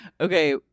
Okay